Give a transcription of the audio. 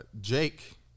Jake